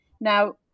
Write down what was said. Now